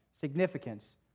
significance